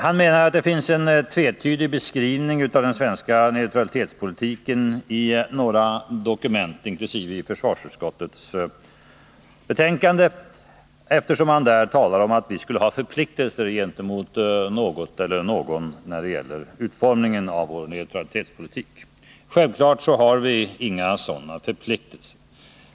Han menade att det finns en tvetydig beskrivning av den svenska neutralitetspolitiken i några dokument, inkl. försvarsutskottets betänkande, där man talar om att vi skulle ha förpliktelser gentemot något eller någon när det gäller utformningen av vår neutralitetspolitik. Självfallet har vi inga sådana förpliktelser.